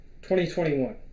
2021